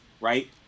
right